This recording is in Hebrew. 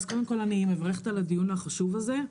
אני מברכת על הדיון החשוב הזה.